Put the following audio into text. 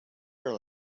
her